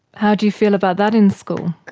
how do you feel about that in school? good.